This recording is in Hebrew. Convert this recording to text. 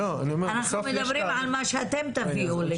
אנחנו מדברים על מה שאתם תביאו.